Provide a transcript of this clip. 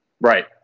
Right